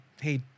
hey